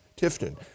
Tifton